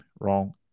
wrong